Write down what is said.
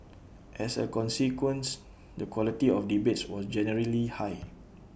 as A consequence the quality of debates was generally high